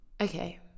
Okay